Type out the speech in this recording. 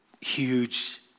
huge